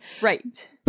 right